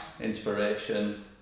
inspiration